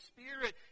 Spirit